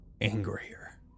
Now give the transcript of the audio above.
angrier